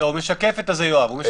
הוא משקף את זה, יואב.